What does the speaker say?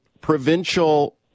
provincial